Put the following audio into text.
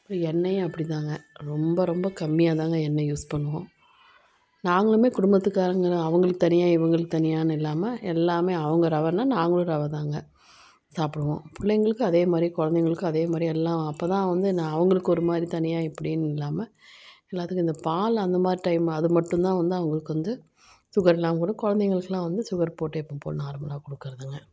எண்ணெயும் அப்படிதாங்க ரொம்ப ரொம்ப கம்மியாகதாங்க எண்ணெய் யூஸ் பண்ணுவோம் நாங்களுமே குடும்பத்துகாரங்கள் அவங்களுக்கு தனியாக இவங்களுக்கு தனியான்னு இல்லாமல் எல்லாமே அவங்க ரவைன்னா நாங்களும் ரவைதாங்க சாப்பிடுவோம் பிள்ளைங்களுக்கும் அதே மாதிரி குழந்தைங்களுக்கும் அதே மாதிரியே எல்லாம் அப்போதான் வந்து நான் அவங்களுக்கு ஒரு மாதிரி தனியாக எப்படின்னு இல்லாமல் எல்லாத்துக்கும் இந்த பால் அந்த மாதிரி டைம் அது மட்டும்தான் வந்து அவங்களுக்கு வந்து சுகரெலாம் கூட குழந்தைங்களுக்குலாம் வந்து சுகர் போட்டே எப்பவும் போல் நார்மலாக கொடுக்குறதுங்க